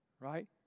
Right